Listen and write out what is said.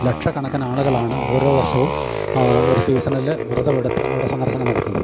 ലക്ഷക്കണക്കിനാളുകളാണ് ഓരോ വർഷവും ഒരു സീസണില് വ്രതമെടുത്ത് അവിടെ സന്ദർശനം നടത്തുന്നത്